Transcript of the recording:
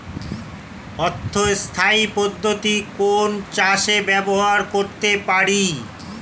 অর্ধ স্থায়ী পদ্ধতি কোন চাষে ব্যবহার করতে পারি?